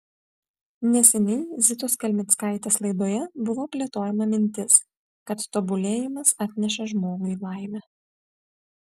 neseniai zitos kelmickaitės laidoje buvo plėtojama mintis kad tobulėjimas atneša žmogui laimę